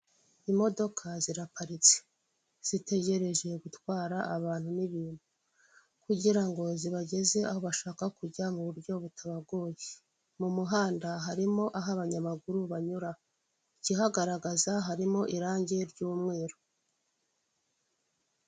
Imodoka ziraparitse zitegereje gutwara abantu n'ibintu kugira ngo zibageze aho bashaka kujya mu buryo butabagoye, mu muhanda harimo aho abanyamaguru banyura ikihagaragaza harimo irangi ry'umweru.